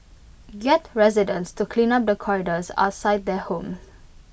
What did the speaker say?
get residents to clean up the corridors outside their homes